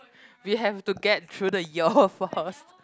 we have to get through the year first